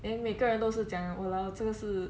then 每个人都是讲 !walao! 真个是